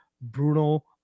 Bruno